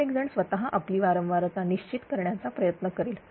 प्रत्येक जण स्वतः आपली वारंवारता निश्चित करण्याचा प्रयत्न करेल